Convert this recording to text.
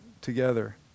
together